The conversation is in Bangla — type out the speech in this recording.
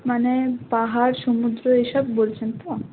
মানে পাহাড় সমুদ্র এসব বলছেন তো